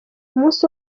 umunsi